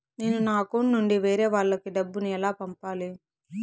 నేను నా అకౌంట్ నుండి వేరే వాళ్ళకి డబ్బును ఎలా పంపాలి?